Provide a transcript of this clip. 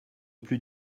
plus